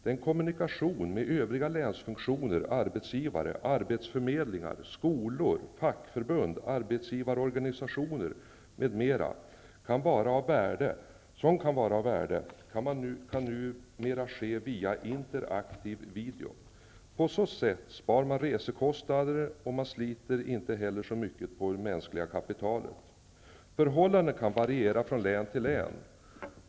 Den kommunikation med övriga länsfunktioner, arbetsgivare, arbetsförmedlingar, skolor, fackförbund, arbetsgivarorganisationer m.m. som kan vara av värde, kan numera ske via interaktiv video. På så sätt spar man resekostnader, och man sliter inte heller så mycket på det mänskliga kapitalet. Förhållandena kan variera från län till län.